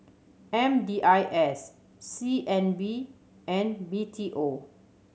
M D I S C N B and B T O